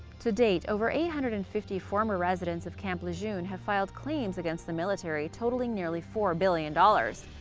to date, over eight hundred and fifty former residents of camp lejeune have filed claims against the military, totaling nearly four billion dollars.